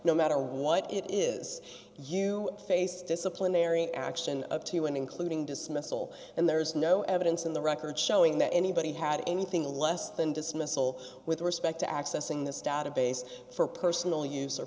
no matter what it is you face disciplinary action up to and including dismissal and there d is no evidence in the record showing that anybody had anything less than dismissal with respect to accessing this database for personal